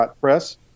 Press